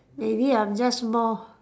maybe I'm just more